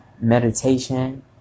Meditation